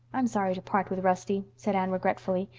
i'm sorry to part with rusty, said anne regretfully,